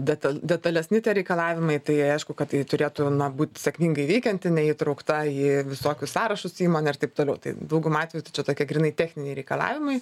detal detalesni reikalavimai tai aišku kad tai turėtų būt sėkmingai veikianti neįtraukta į visokius sąrašus įmonė ir taip toliau tai dauguma atvejų tai čia tokie grynai techniniai reikalavimai